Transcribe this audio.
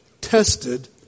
tested